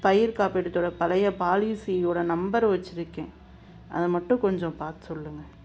பயிர் காப்பீட்டத்தோடய பழைய பாலிசியோடய நம்பர் வச்சுருக்கேன் அது மட்டும் கொஞ்சம் பார்த்து சொல்லுங்கள்